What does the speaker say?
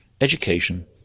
education